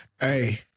Hey